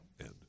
end